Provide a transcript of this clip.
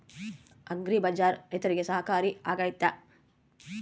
Agri bazaar ರೈತರಿಗೆ ಸಹಕಾರಿ ಆಗ್ತೈತಾ?